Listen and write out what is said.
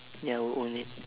ya I would own it